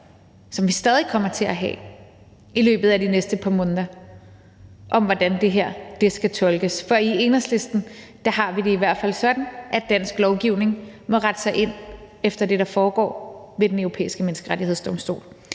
som vi stadig kommer til at have i løbet af de næste par måneder, om, hvordan det her skal tolkes. For i Enhedslisten har vi det i hvert fald sådan, at dansk lovgivning må rette sig ind efter det, der foregår ved Den Europæiske Menneskerettighedsdomstol.